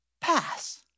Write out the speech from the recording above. pass